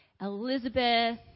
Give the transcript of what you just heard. Elizabeth